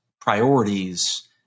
priorities